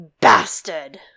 Bastard